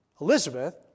Elizabeth